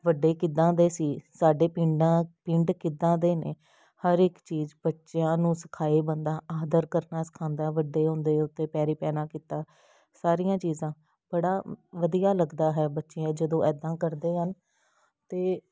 ਵੱਡੇ ਕਿੱਦਾਂ ਦੇ ਸੀ ਸਾਡੇ ਪਿੰਡਾਂ ਪਿੰਡ ਕਿੱਦਾਂ ਦੇ ਨੇ ਹਰ ਇੱਕ ਚੀਜ਼ ਬੱਚਿਆਂ ਨੂੰ ਸਿਖਾਏ ਬੰਦਾ ਆਦਰ ਕਰਨਾ ਸਿਖਾਉਂਦਾ ਵੱਡੇ ਹੁੰਦੇ ਉੱਤੇ ਪੈਰੀ ਪੈਣਾ ਕੀਤਾ ਸਾਰੀਆਂ ਚੀਜ਼ਾਂ ਬੜਾ ਵਧੀਆ ਲੱਗਦਾ ਹੈ ਬੱਚੇ ਜਦੋਂ ਇੱਦਾਂ ਕਰਦੇ ਹਨ ਅਤੇ